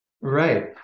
Right